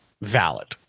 valid